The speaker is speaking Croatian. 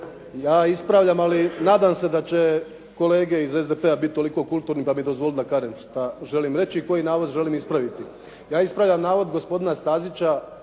ja ispravljam, ali nadam se da će kolege iz SDP-a biti toliko kulturni da mi dozvole što želim reći i koji navod želim ispraviti. Ja ispravljam navod gospodina Stazića,